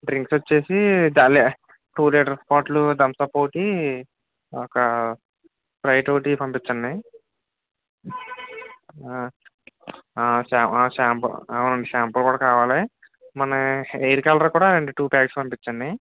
drinks వచ్చి ద లే two litres bottle Thums Up ఒకటి ఒక స్ప్రైట్ ఒకటి పంపించండి షాంప్ షాంపు అవును షాంపు కూడా కావాలి మన హెయిర్ కలర్ కూడా ఏంటి టూ ప్యాకెట్స్ పంపించండి